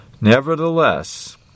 Nevertheless